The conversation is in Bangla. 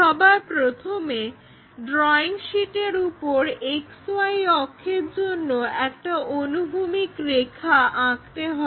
সবার প্রথমে ড্রইং শীটের উপর XY অক্ষের জন্য একটা অনুভূমিক রেখা আঁকতে হবে